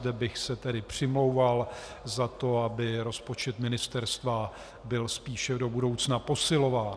A zde bych se tedy přimlouval za to, aby rozpočet ministerstva byl spíše do budoucna posilován.